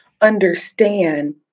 understand